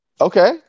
Okay